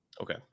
Okay